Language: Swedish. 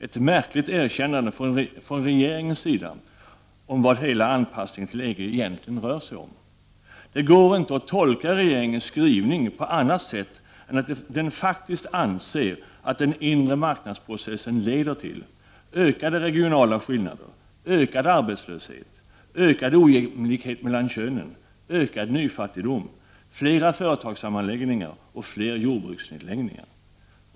Ett märkligt erkännande från regeringens sida om vad hela anpassningen till EG egentligen rör sig om. Det går inte att tolka regeringens skrivning på annat sätt än att den faktiskt anser att den inre marknadsprocessen leder till ökade regionala skillnader, ökad arbetslöshet, ökad ojämlikhet mellan könen, ökad nyfattigdom, fler företagssammanslagningar och fler jordbruksnedläggningar.